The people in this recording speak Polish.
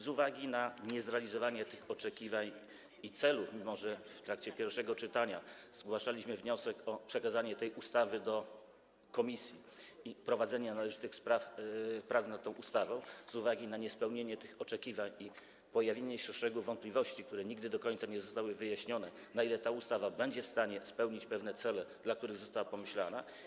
Z uwagi na niezrealizowanie tych oczekiwań i celów, mimo że w trakcie pierwszego czytania zgłaszaliśmy wniosek o przekazanie tej ustawy do komisji i prowadzenie należytych prac nad tą ustawą, z uwagi na niespełnienie tych oczekiwań i pojawienie się szeregu wątpliwości, które nigdy do końca nie zostały wyjaśnione, na ile ta ustawa będzie w stanie spełnić pewne cele, dla których została pomyślana?